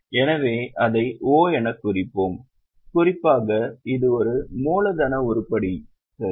எனவே அதை O எனக் குறிப்போம் குறிப்பாக இது ஒரு மூலதன உருப்படி சரி